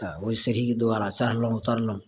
तऽ ओहि सीढ़ीके द्वारा चढ़लहुँ उतरलहुँ